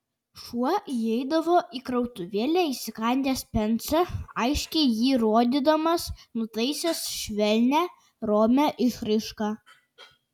šuo įeidavo į krautuvėlę įsikandęs pensą aiškiai jį rodydamas nutaisęs švelnią romią išraišką